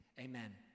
amen